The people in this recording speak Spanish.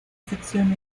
sección